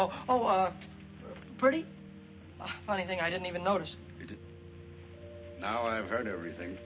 oh oh oh pretty funny thing i didn't even notice it now i've heard everything